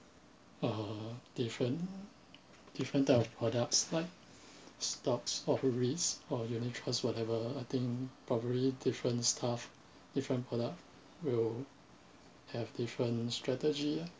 uh different different type of products like stocks of risk or unit trust whatever I think probably different stuff different product will have different strategy ah